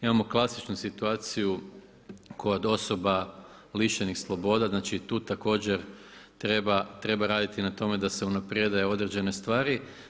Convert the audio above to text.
Imamo klasičnu situaciju kod osoba lišenih sloboda, znači tu također treba raditi na tome da se unaprijede određene stvari.